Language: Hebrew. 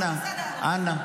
אנא,